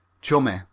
Chummy